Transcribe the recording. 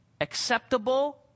acceptable